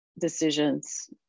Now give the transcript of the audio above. decisions